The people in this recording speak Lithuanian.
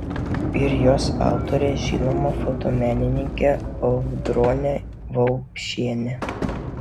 ir jos autorė žinoma fotomenininkė audronė vaupšienė